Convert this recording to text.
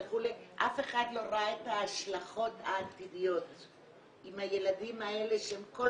אף אחד לא ראה את ההשלכות העתידיות עם הילדים האלה שהם כל